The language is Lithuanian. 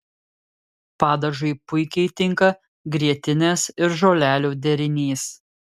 padažui puikiai tinka grietinės ir žolelių derinys